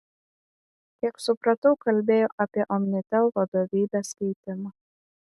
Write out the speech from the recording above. kiek supratau kalbėjo apie omnitel vadovybės keitimą